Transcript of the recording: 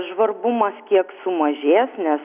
žvarbumas kiek sumažės nes